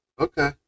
Okay